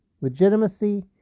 legitimacy